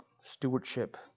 stewardship